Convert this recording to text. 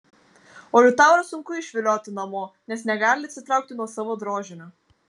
o liutaurą sunku išvilioti namo nes negali atsitraukti nuo savo drožinio